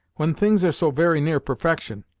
when things are so very near perfection,